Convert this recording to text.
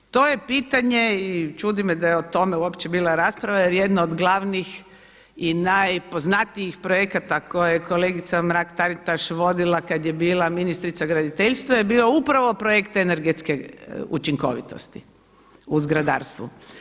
To je pitanje i čudi me da je o tome uopće bila rasprava jer jedna od glavnih i najpoznatijih projekata koje je kolegica Mrak Taritaš vodila kad je bila ministrica graditeljstva je bio upravo projekt te energetske učinkovitosti u zgradarstvu.